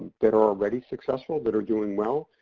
that are already successful that are doing well.